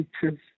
pictures